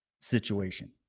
situation